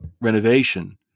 renovation